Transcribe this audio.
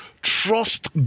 Trust